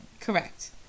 Correct